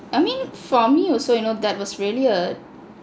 I mean for me also you know that was really a